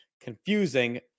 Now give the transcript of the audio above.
confusing